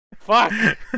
Fuck